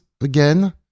again